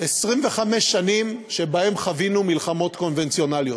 25 שנים שבהן חווינו מלחמות קונבנציונליות,